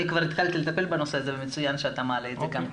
אני כבר התחלתי לטפל בנושא הזה ומצוין שאתה מעלה את זה גם כאן.